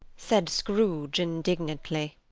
said scrooge indignantly,